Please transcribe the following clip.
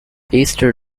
easter